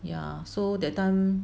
ya so that time